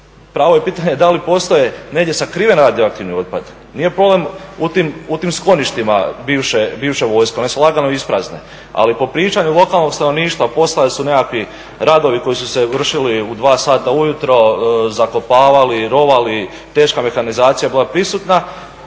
pravo je pitanje da li postoje negdje sakriveni radioaktivni otpad. Nije problem u tim skloništima bivše vojske, ona se lako ispravne, ali po pričanju lokalnog stanovništva postajali su nekakvi radovi koji su se vršili u dva sata ujutro, zakopavali, rovali, teška mehanizacija je bila prisutna.